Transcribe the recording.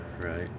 right